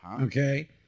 okay